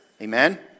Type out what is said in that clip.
Amen